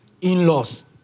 In-laws